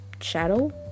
shadow